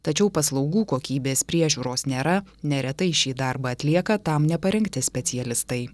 tačiau paslaugų kokybės priežiūros nėra neretai šį darbą atlieka tam neparengti specialistai